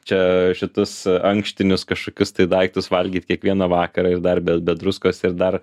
čia šitus ankštinius kažkokius tai daiktus valgyt kiekvieną vakarą ir dar be be druskos ir dar